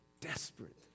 desperate